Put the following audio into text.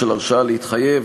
של הרשאה להתחייב,